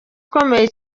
ukomeye